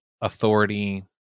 authority